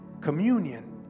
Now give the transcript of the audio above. Communion